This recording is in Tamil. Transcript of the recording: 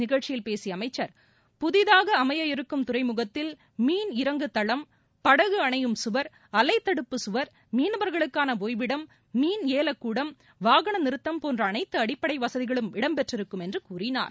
நிகழ்ச்சியில் பேசிய அமைச்சர் புதிதாக அமையவிருக்கும் துறைமுகத்தில் மீன் இறங்கு தளம் படகு அணையும் சுவர் அலை தடுப்புச் சுவர் மீனவர்களுக்கான ஒய்விடம் மீன் ஏலக்கூடம் வாகனநிறுத்தம் போன்ற அனைத்து அடிப்படை வசதிகளும் இடம்பெற்றிருக்கும் என்று கூறினார்